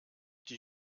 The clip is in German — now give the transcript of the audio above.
die